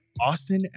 Austin